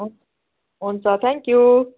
हुन् हुन्छ thank you